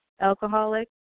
alcoholic